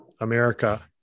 America